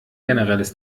generelles